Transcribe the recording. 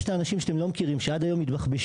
יש את האנשים שאתם לא מכירים שעד היום מתבחבשים,